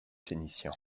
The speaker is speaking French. phénicien